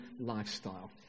lifestyle